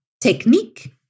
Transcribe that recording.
technique